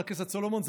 חבר הכנסת סולומון.